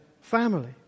family